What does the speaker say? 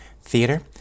Theater